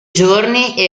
giorni